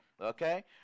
Okay